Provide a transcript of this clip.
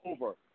over